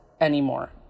anymore